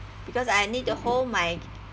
because I need to hold my